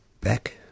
back